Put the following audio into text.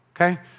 okay